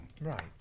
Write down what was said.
Right